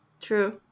true